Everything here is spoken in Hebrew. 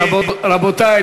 רבותי,